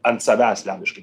ant savęs liaudiškai